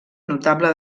notable